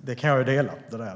Det kan jag hålla med om.